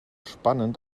spannend